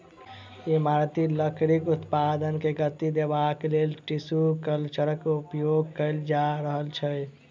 इमारती लकड़ीक उत्पादन के गति देबाक लेल टिसू कल्चरक उपयोग कएल जा रहल छै